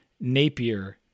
Napier